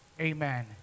amen